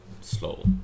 slow